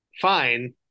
fine